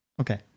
okay